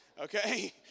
okay